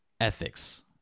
ethics